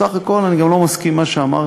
בסך הכול אני גם לא מסכים למה שאמרת.